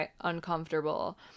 uncomfortable